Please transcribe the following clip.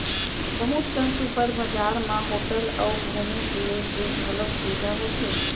बहुत कन सुपर बजार म होटल अउ घूमे फिरे के घलौक सुबिधा होथे